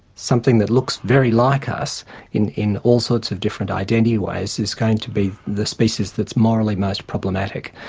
something that looks very like us in in all sorts of different identity ways is going to be the species that's morally most problematic.